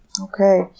Okay